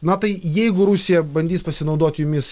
na tai jeigu rusija bandys pasinaudot jumis